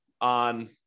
on